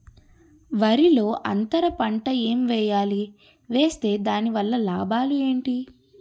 వరిలో అంతర పంట ఎం వేయాలి? వేస్తే దాని వల్ల లాభాలు ఏంటి?